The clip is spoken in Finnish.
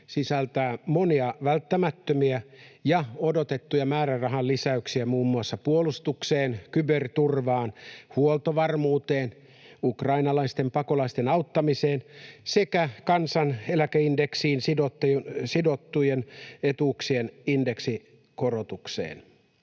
sisältää monia välttämättömiä ja odotettuja määrärahalisäyksiä muun muassa puolustukseen, kyberturvaan, huoltovarmuuteen, ukrainalaisten pakolaisten auttamiseen sekä kansaneläkeindeksiin sidottujen etuuksien indeksikorotukseen.